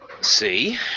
see